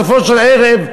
בסופו של ערב,